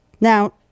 now